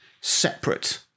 separate